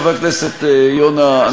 חבר הכנסת יונה,